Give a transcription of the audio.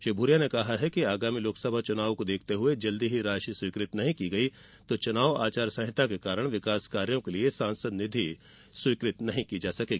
श्री भूरिया ने कहा कि आगामी लोकसभा चुनाव को देखते हुए जल्द ही राशि स्वीकृत नहीं की गई तो चुनाव आचार संहिता के कारण विकास कार्यो के लिए सांसद निधि स्वीकृत नहीं की जा सकेगी